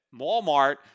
Walmart